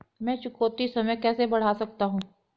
मैं चुकौती समय कैसे बढ़ा सकता हूं?